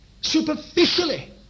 superficially